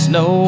no